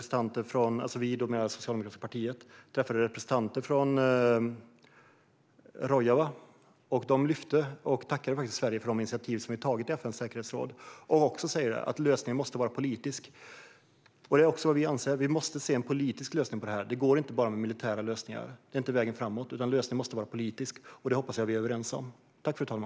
Senast i går träffade Socialdemokraterna representanter från Rojava, och de tackade för de initiativ som Sverige har tagit i FN:s säkerhetsråd. De sa att lösningen måste vara politisk, och det anser vi också. Enbart militära lösningar är inte vägen framåt, utan lösningen måste vara politisk. Det hoppas jag att vi är överens om.